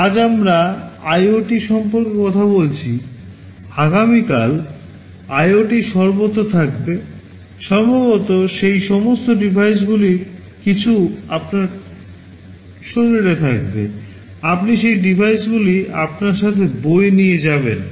আজ আমরা আইওটি সম্পর্কে কথা বলছি আগামীকাল আইওটি সর্বত্র থাকবে সম্ভবত সেই সমস্ত ডিভাইসগুলির কিছু আপনার শরীরে থাকবে আপনি সেই ডিভাইসগুলি আপনার সাথে বয়ে নিয়ে যাবেন